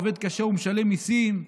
עובד קשה ומשלם מיסים,